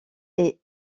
est